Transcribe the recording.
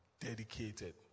dedicated